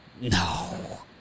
No